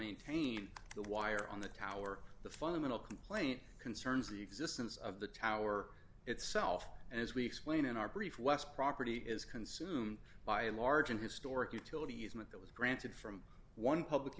maintain the wire on the tower the fundamental complaint concerns the existence of the tower itself as we explained in our brief west property is consumed by a large and historic utility easement that was granted from one public